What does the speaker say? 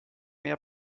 mehr